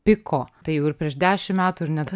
piko tai jau ir prieš dešimt metų ir net